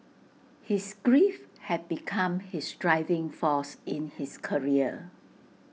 his grief had become his driving force in his career